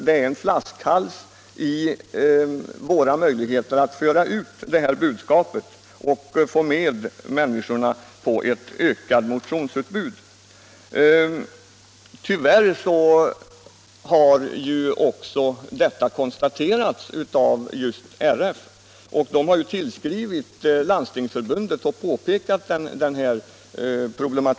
Där finns en flaskhals när det gäller våra möjligheter att föra ut detta budskap och få med människorna på ett ökat motionsutbud. Detta har konstaterats även av RF, som har tillskrivit Landstingsförbundet och påpekat dessa problem.